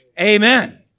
amen